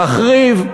להחריב,